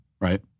right